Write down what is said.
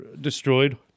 destroyed